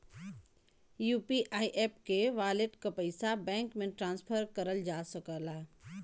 UPI app के wallet क पइसा बैंक में ट्रांसफर करल जा सकला